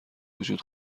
وجود